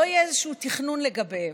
לא יהיה איזשהו תכנון לגביהם.